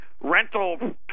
rental